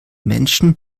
menschen